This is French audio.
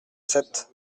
sept